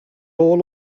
all